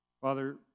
Father